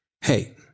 Hey